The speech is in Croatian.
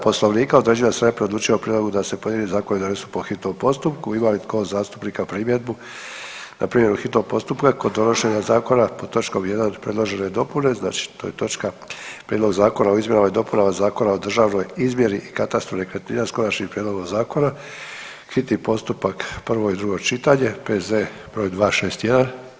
Poslovnika određuje da se najprije odlučuje o prijedlogu da se pojedini zakoni donese po hitnom postupku ima li tko od zastupnika primjedbu na primjenu hitnog postupka kod donošenja zakona pod točkom 1. predložene dopune znači to je točka Prijedlog zakona o izmjenama i dopunama Zakona o državnoj izmjeri i katastru nekretnina, s Konačnim prijedlogom Zakona, hitni postupak, prvo i drugo čitanje, P.Z. br. 261?